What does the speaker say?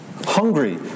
hungry